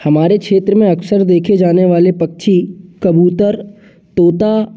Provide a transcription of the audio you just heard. हमारे क्षेत्र में अक्सर देखें जाने वाले पक्षी कबूतर तोता